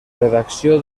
redacció